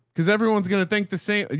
cause everyone's going to think the same.